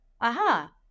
aha